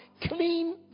clean